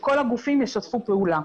שכל הגופים ישתפו פעולה.